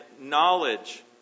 knowledge